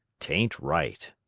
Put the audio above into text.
t ain't right.